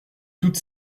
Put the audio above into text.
toute